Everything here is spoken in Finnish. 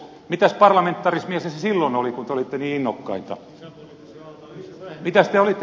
mitäs parlamentarismia se silloin oli kun te olitte niin innokkaita